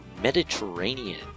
Mediterranean